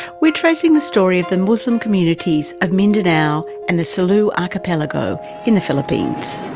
we're tracing the story of the muslim communities of mindanao and the sulu archipelago in the philippines.